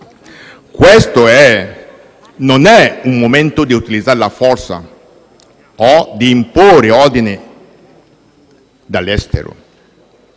Questo è il momento non di utilizzare la forza o di imporre ordine dall'estero,